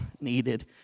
needed